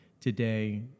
today